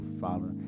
Father